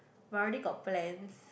but I already got plans